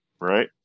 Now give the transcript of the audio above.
Right